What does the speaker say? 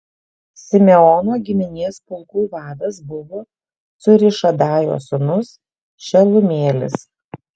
simeono giminės pulkų vadas buvo cūrišadajo sūnus šelumielis